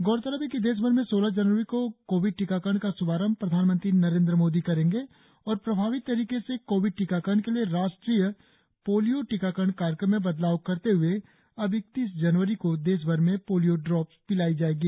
गौरतलब है कि देशभर में सोलह जनवरी को कोविड टीकाकरण का श्भारंभ प्रधानमंत्री नरेंद्र मोदी करेंगे और प्रभावी तरीके से कोविड टीकाकरण के लिए राष्ट्रीय पोलियो टीकाकरण कार्यक्रम में बदलाव करते हए अब इकतीस जनवरी से देशभर में पोलियो ड्रॉप्स पिलाई जाएगी